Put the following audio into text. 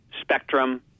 spectrum